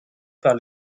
par